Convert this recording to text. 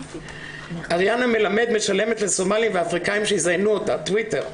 "אריאנה מלמד משלמת לסומלים ואפריקאים שיזיינו אותה" טוויטר.